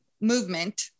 movement